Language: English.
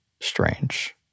strange